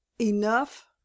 enough